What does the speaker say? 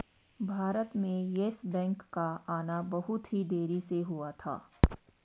भारत में Yes Bank का आना बहुत ही देरी से हुआ था